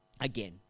again